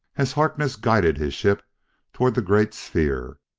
as harkness guided his ship toward the great sphere.